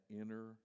inner